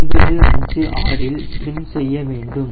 956 இல் ட்ரிம் செய்ய வேண்டும்